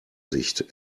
sicht